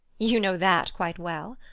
you know that quite well.